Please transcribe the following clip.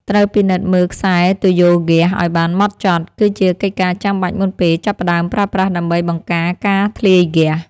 ត្រូវពិនិត្យមើលខ្សែទុយោហ្គាសឱ្យបានហ្មត់ចត់ គឺជាកិច្ចការចាំបាច់មុនពេលចាប់ផ្តើមប្រើប្រាស់ដើម្បីបង្ការការធ្លាយហ្គាស។